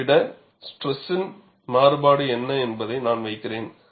இதை விட ஸ்ட்ரெஸின் மாறுபாடு என்ன என்பதை நான் வைக்கிறேன்